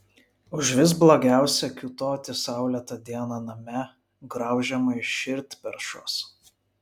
užvis blogiausia kiūtoti saulėtą dieną name graužiamai širdperšos